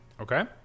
Okay